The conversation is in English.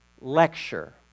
lecture